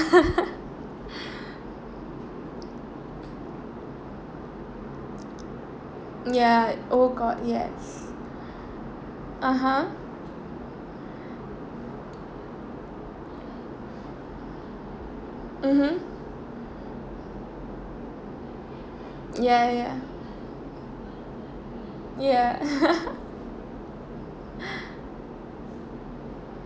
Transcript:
ya oh god yes (uh huh) mmhmm ya ya ya